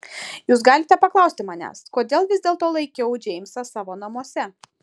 jūs galite paklausti manęs kodėl vis dėlto laikiau džeimsą savo namuose